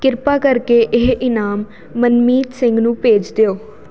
ਕਿਰਪਾ ਕਰਕੇ ਇਹ ਇਨਾਮ ਮਨਮੀਤ ਸਿੰਘ ਨੂੰ ਭੇਜ ਦਿਓ